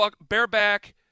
bareback